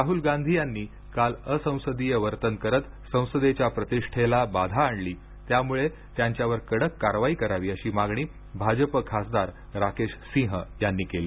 राहुल गांधी यांनी काल असंसदीय वर्तन करत संसदेच्या प्रतिषेला बाधा आणली त्यामुळं त्यांच्यावर कडक कारवाई करावी अशी मागणी भाजप खासदार राकेश सिंह यांनी केली